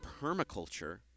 permaculture